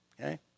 okay